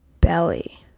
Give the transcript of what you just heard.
belly